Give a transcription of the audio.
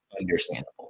understandable